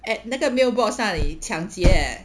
at 那个 mailbox 那里抢劫 leh